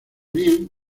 bien